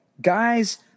guys